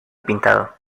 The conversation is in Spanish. pintado